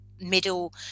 middle